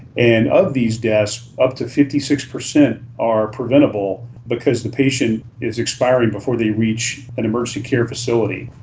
and of these deaths up to fifty six percent are preventable because the patient is expiring before they reach an emergency care facility.